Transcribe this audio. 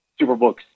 Superbook's